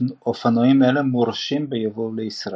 אופנועים אלו מורשים בייבוא לישראל.